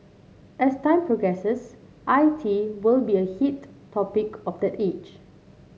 as time progresses I T will be a heat topic of that age